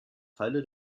teile